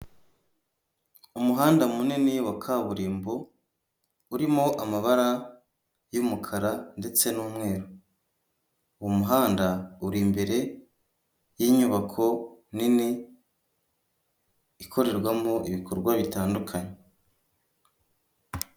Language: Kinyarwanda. Umuhanda munini wa kaburimbo urimo amabara y'umukara ndetse n'umweru, uwo muhanda uri imbere y'inyubako nini ikorerwamo ibikorwa bitandukanye.